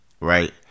right